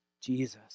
Jesus